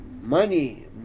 money